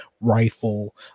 Rifle